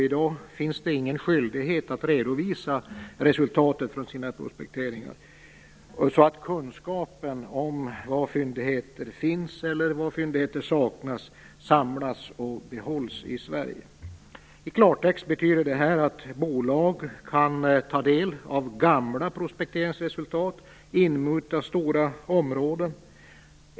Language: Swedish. I dag finns det ingen skyldighet att redovisa resultatet från sina prospekteringar, så att kunskapen om var fyndigheter finns eller var fyndigheter saknas samlas och behålls i Sverige. I klartext betyder det att bolag kan ta del av gamla prospekteringsresultat och inmuta stora områden.